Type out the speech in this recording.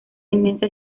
inmensa